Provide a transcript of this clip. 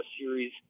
series